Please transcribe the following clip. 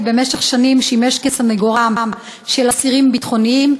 שבמשך שנים שימש כסנגורם של אסירים ביטחוניים,